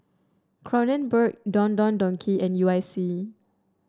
Kronenbourg Don Don Donki and U I C